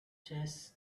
chess